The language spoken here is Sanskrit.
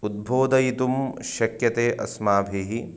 उद्बोधयितुं शक्यते अस्माभिः